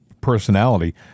personality